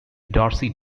darcy